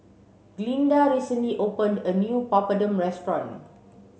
Glynda recently opened a new Papadum restaurant